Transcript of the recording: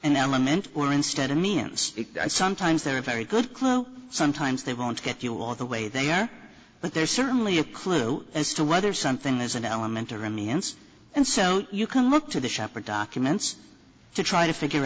an element or instead it means sometimes they're very good clue sometimes they won't get you all the way they are but there's certainly a clue as to whether something is an elementary meehan's and so you can look to the shop or documents to try to figure